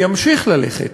וימשיך ללכת,